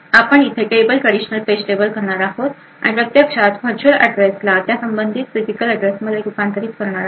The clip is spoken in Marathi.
आपण इथे टेबल ट्रॅडिशनल पेज टेबल करणार आहोत प्रत्यक्षात वर्च्युअल ऍड्रेसला त्यासंबंधित फिजिकल ऍड्रेसमध्ये रूपांतरित करेल